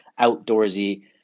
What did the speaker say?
outdoorsy